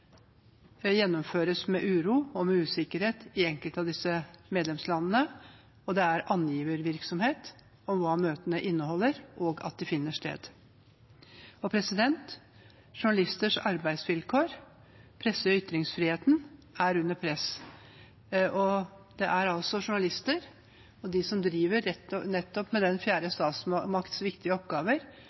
enkelte av disse medlemslandene, og det er angiverivirksomhet om hva møtene inneholder, og at de finner sted. Journalisters arbeidsvilkår og presse- og ytringsfriheten er under press. De som driver med den fjerde statsmakts viktige oppgaver, mister livet nettopp